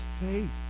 faith